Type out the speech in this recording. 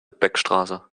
beckstraße